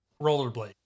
Rollerblades